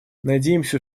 надеемся